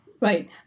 Right